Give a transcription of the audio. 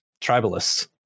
tribalists